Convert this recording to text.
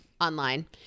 online